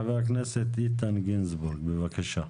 חבר הכנסת איתן גינזבורג, בבקשה.